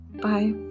bye